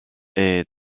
est